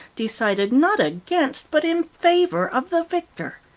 decided, not against, but in favor of the victor.